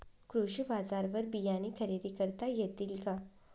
कृषी बाजारवर बियाणे खरेदी करता येतील का?